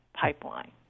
Pipeline